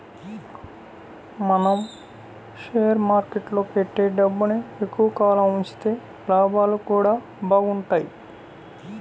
మనం షేర్ మార్కెట్టులో పెట్టే డబ్బుని ఎక్కువ కాలం ఉంచితే లాభాలు గూడా బాగుంటయ్